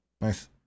nice